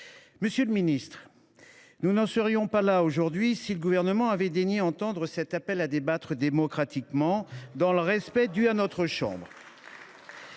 Monsieur le ministre, nous n’en serions pas là aujourd’hui si le Gouvernement avait daigné entendre cet appel à débattre démocratiquement, dans le respect dû à notre chambre.